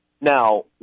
Now